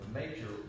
major